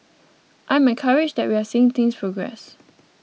I'm encouraged that we're seeing things progress